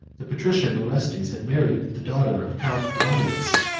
the patrician orestes had married the daughter of count romulus,